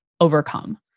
overcome